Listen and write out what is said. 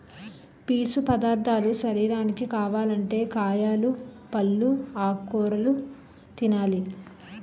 పీసు పదార్ధాలు శరీరానికి కావాలంటే కాయలు, పల్లు, ఆకుకూరలు తినాలి